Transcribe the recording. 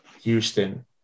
Houston